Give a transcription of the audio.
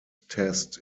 test